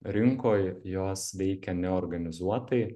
rinkoj jos veikia neorganizuotai